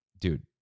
dude